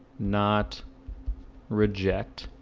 not reject